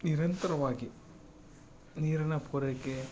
ನಿರಂತರವಾಗಿ ನೀರಿನ ಪೂರೈಕೆ